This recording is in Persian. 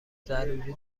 ضروری